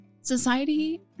Society